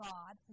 God